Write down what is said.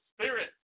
Spirit